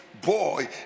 Boy